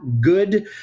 good